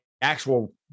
actual